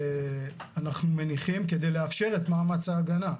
שאנחנו מניחים כדי לאפשר את מאמץ ההגנה.